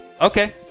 Okay